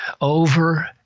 Over